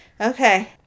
Okay